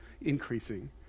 increasing